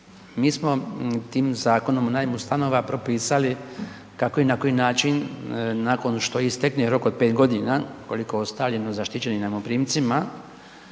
Mi smo tim Zakonom o najmu stanova propisali kako i na koji način nakon što istekne rok od 5 godina, koliko je ostalo zaštićenim najmoprimcima